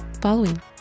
following